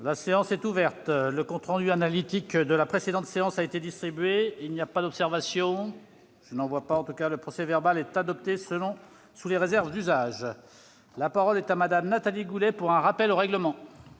La séance est ouverte. Le compte rendu analytique de la précédente séance a été distribué. Il n'y a pas d'observation ?... Le procès-verbal est adopté sous les réserves d'usage. La parole est à Mme Nathalie Goulet, pour un rappel au règlement.